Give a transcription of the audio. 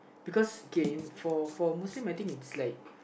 because okay for for Muslims I think it's like